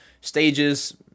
Stages